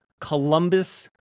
Columbus